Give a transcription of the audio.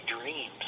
dreams